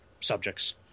subjects